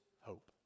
hope